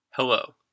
Hello